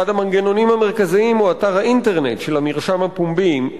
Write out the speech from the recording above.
אחד המנגנונים המרכזיים הוא אתר האינטרנט של המרשם הפומבי,